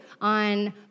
on